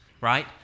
right